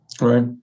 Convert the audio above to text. Right